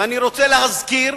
אני רוצה להזכיר,